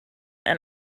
and